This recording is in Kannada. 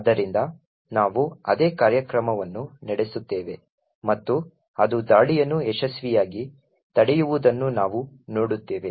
ಆದ್ದರಿಂದ ನಾವು ಅದೇ ಕಾರ್ಯಕ್ರಮವನ್ನು ನಡೆಸುತ್ತೇವೆ ಮತ್ತು ಅದು ದಾಳಿಯನ್ನು ಯಶಸ್ವಿಯಾಗಿ ತಡೆಯುವುದನ್ನು ನಾವು ನೋಡುತ್ತೇವೆ